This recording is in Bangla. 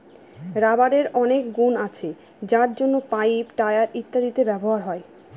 রাবারের অনেক গুন আছে যার জন্য পাইপ, টায়ার ইত্যাদিতে ব্যবহার হয়